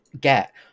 get